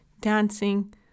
dancing